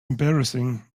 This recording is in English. embarrassing